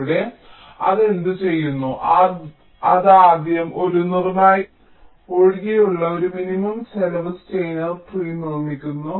ഇവിടെ അത് എന്തു ചെയ്യുന്നു അത് ആദ്യം ഒരു നിർണായക സിങ്ക് ഒഴികെയുള്ള ഒരു മിനിമം ചെലവ് സ്റ്റെയ്നർ ട്രീ നിർമ്മിക്കുന്നു